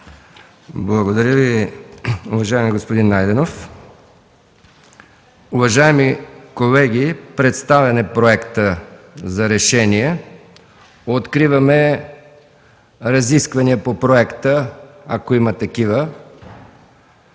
Благодаря Ви, уважаеми господин Найденов. Уважаеми колеги, представен е проектът за решение. Откриваме разисквания по проекта, ако има такива,